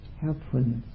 helpfulness